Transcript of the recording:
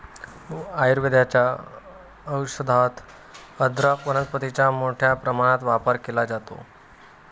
आयुर्वेदाच्या औषधात अदरक वनस्पतीचा मोठ्या प्रमाणात वापर केला जातो